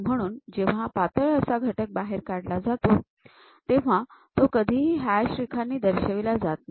म्हणून जेव्हा हा पातळ असा घटक बाहेर काढला जातो तेव्हा तो कधीही हॅश रेखांनी दर्शविला जात नाही